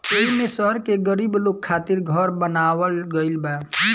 एईमे शहर के गरीब लोग खातिर घर बनावल गइल बा